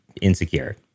insecure